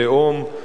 לאום,